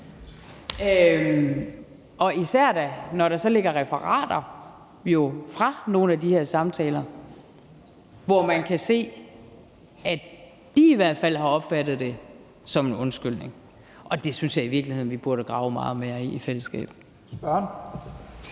Da især når der jo så ligger referater og nogle af de her samtaler, hvoraf man kan se, at de i hvert fald har opfattet det som en undskyldning. Det synes jeg i virkeligheden vi burde grave meget mere i i fællesskab.